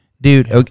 Dude